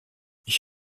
ich